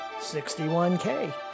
61K